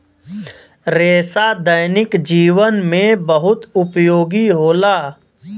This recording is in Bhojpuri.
रेसा दैनिक जीवन में बहुत उपयोगी होला